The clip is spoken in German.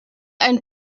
ein